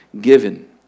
given